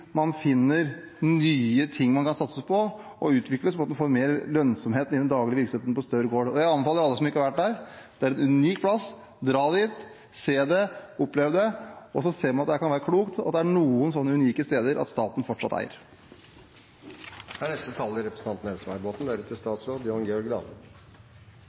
man finner nye ting man kan satse på og utvikle, sånn at en får mer lønnsomhet i den daglige virksomheten på Staur gård. Jeg anbefaler alle som ikke har vært der – det er en unik plass – å dra dit, se det, oppleve det, så ser en at det kan være klokt at det er noen sånne unike steder staten fortsatt eier.